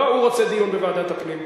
לא, הוא רוצה דיון בוועדת הפנים.